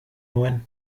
nuen